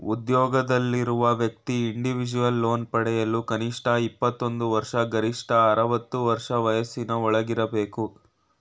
ಉದ್ಯೋಗದಲ್ಲಿರುವ ವ್ಯಕ್ತಿ individual loan ಪಡೆಯಲು ಕನಿಷ್ಠ ಇಪ್ಪತ್ತೊಂದು ವರ್ಷ ಗರಿಷ್ಠ ಅರವತ್ತು ವರ್ಷ ವಯಸ್ಸಿನ ಒಳಗಿರಬೇಕು